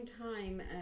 time